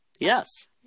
Yes